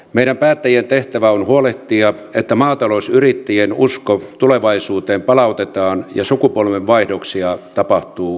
meidän päättäjien tehtävä on huolehtia että maatalousyrittäjien usko tulevaisuuteen palautetaan ja sukupolvenvaihdoksia tapahtuu riittävästi